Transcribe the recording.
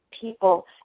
People